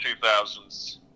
2000s